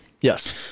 Yes